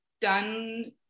done